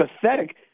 pathetic